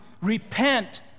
repent